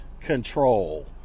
control